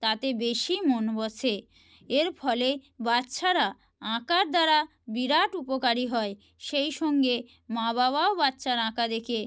তাতে বেশিই মন বসে এর ফলে বাচ্ছারা আঁকার দ্বারা বিরাট উপকারী হয় সেই সঙ্গে মা বাবাও বাচ্চার আঁকা দেখে